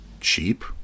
cheap